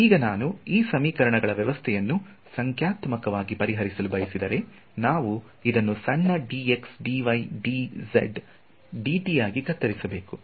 ಈಗ ನಾನು ಈ ಸಮೀಕರಣಗಳ ವ್ಯವಸ್ಥೆಯನ್ನು ಸಂಖ್ಯಾತ್ಮಕವಾಗಿ ಪರಿಹರಿಸಲು ಬಯಸಿದರೆ ನಾವು ಇದನ್ನು ಸಣ್ಣ dx dy dz dt ಆಗಿ ಕತ್ತರಿಸಬೇಕು